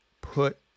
put